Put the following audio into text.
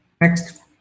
Next